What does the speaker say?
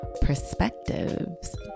perspectives